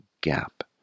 gap